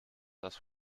das